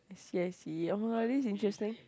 I see I see !wah! that's interesting